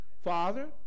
Father